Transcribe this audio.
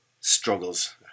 struggles